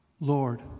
Lord